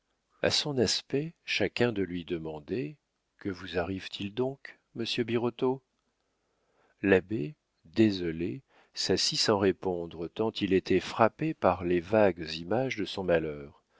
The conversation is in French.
a son aspect chacun de lui demander que vous arrive-t-il donc monsieur birotteau l'abbé désolé s'assit sans répondre tant il était frappé par les vagues images de son malheur